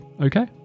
okay